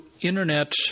Internet